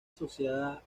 asociada